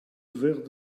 vert